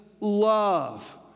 love